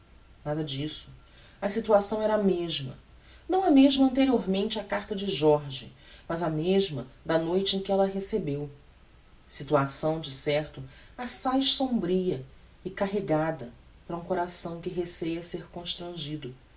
nada disso a situação era a mesma não a mesma anteriormente á carta de jorge mas a mesma da noite em que ella a recebeu situação de certo assaz sombria e carregada para um coração que receia ser constrangido